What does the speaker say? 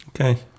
Okay